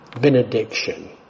benediction